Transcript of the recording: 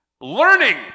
Learning